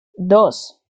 dos